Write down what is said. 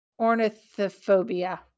ornithophobia